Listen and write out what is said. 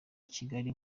kigali